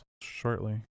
shortly